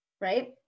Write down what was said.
Right